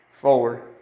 Forward